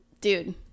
dude